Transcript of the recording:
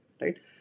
right